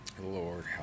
Lord